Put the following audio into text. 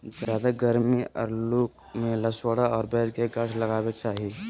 ज्यादे गरमी और लू में लसोड़ा और बैर के गाछ लगावे के चाही